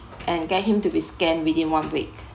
and get him to be scanned within one week